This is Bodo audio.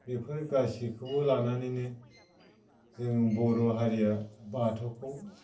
बेफोर गासैखोबो लानानैनो जों बर' हारिया बाथौखौ